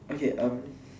okay um